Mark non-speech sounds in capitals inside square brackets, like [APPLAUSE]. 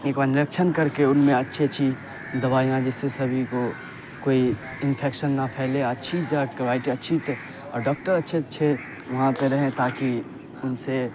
ایک بار نرکشن کر کے ان میں اچھی اچھی دوائیاں جس سے سبھی کو کوئی انفکیشن نہ پھیلے اچھی طرح کرائٹ [UNINTELLIGIBLE] ڈاکٹر اچھے اچھے وہاں پہ رہیں تاکہ ان سے